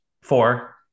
four